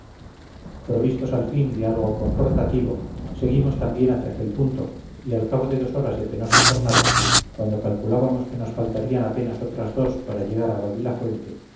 provistos al fin de algo confortativo seguimos también hacia aquel punto y al cabo de dos horas de penosa jornada cuando calculábamos que nos faltarían apenas otras dos para llegar a babilafuente distinguimos este